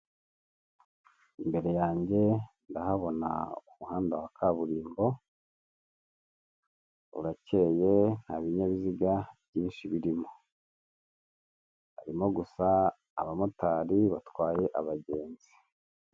Imbere yanjye ndahabona umuhanda wa kaburimbo urakeye nta binyabiziga byinshi birimo ,harimo gusa abamotari batwaye abagenzi.